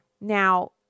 Now